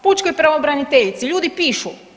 Pučkoj pravobraniteljici, ljudi pišu.